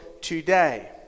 today